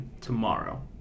tomorrow